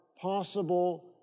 possible